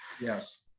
yes.